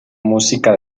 música